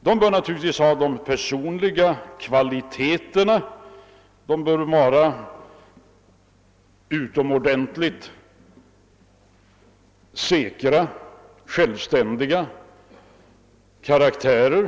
De bör givetvis ha de personliga kvalifikationerna och vara utomordentligt säkra och självständiga karaktärer.